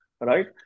right